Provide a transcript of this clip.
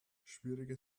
schwierige